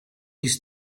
his